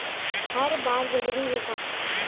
हर बार जरूरी हे का?